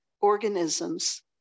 organisms